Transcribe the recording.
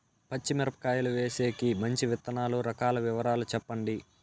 పచ్చి మిరపకాయలు వేసేకి మంచి విత్తనాలు రకాల వివరాలు చెప్పండి?